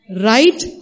right